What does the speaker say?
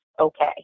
okay